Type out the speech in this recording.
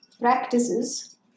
practices